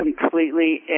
completely